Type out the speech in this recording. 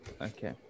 Okay